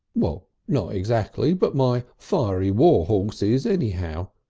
well, not exactly, but my fiery war horse is anyhow.